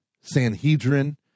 Sanhedrin